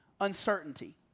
uncertainty